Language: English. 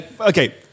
Okay